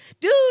Dude